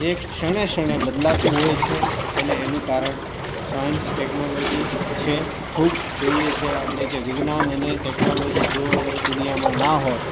એક ક્ષણે ક્ષણે બદલાતું હોય છે અને એનું કારણ સાયન્સ ટેકનૉલોજી છે ખૂબ જોઈએ છે કે આપણે કે વિજ્ઞાન અને ટેક્નોલોજી જો અગર દુનિયામાં ના હોત